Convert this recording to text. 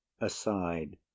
aside